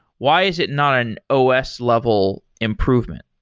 why is it not an os level improvement?